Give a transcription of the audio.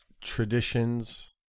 traditions